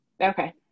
Okay